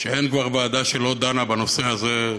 שאין כבר ועדה שלא דנה בנושא הזה.